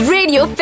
Radio